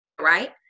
right